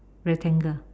rectangle